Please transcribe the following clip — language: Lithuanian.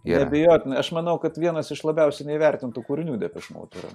neabejotinai aš manau kad vienas iš labiausiai neįvertintų kūrinių depešmoud yra